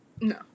No